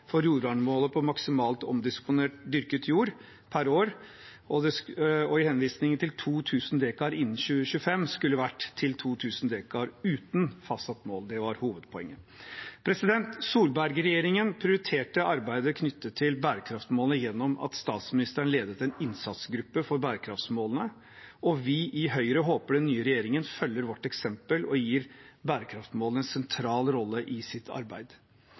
for jordvernmålet på maksimalt omdisponert dyrket jord per år; henvisningen til 2 000 dekar innen 2025 skulle ha vært 2 000 dekar uten fastsatt mål. Det var hovedpoenget. Solberg-regjeringen prioriterte arbeidet knyttet til bærekraftsmålene gjennom at statsministeren ledet en innsatsgruppe for bærekraftsmålene. Vi i Høyre håper den nye regjeringen følger vårt eksempel og gir bærekraftsmålene en sentral rolle i sitt arbeid.